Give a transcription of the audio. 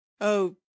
Oh